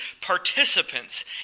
participants